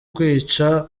kwica